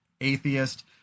atheist